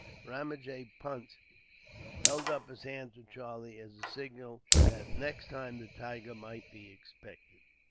ramajee punt held up his hand to charlie, as a signal that next time the tiger might be expected.